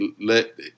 let